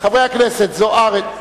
כהצעת הוועדה.